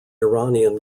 iranian